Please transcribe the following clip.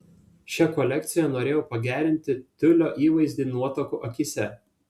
šia kolekcija norėjau pagerinti tiulio įvaizdį nuotakų akyse